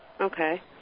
Okay